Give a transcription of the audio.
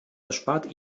erspart